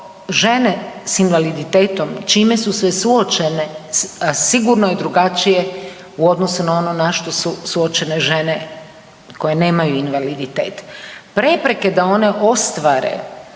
žene s invaliditetom čime su sve suočene sigurno je drugačije u odnosu na ono na što su suočene žene koje nemaju invaliditet. Prepreke da one ostvare